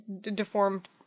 deformed